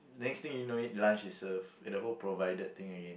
next thing you know it lunch is served and the whole provided thing again